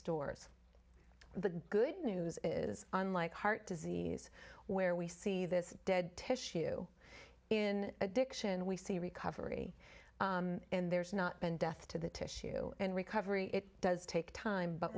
stores the good news is unlike heart disease where we see this dead tissue in addiction we see recovery and there's not death to the tissue and recovery it does take time but